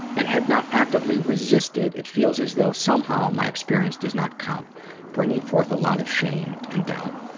and had not actively resisted. it feels as though somehow my experience does not count bringing forth a lot of shame and doubt.